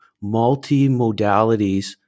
multi-modalities